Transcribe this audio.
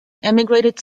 emigrated